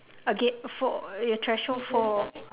again for your threshold for